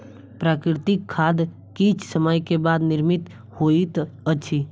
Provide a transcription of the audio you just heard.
प्राकृतिक खाद किछ समय के बाद निर्मित होइत अछि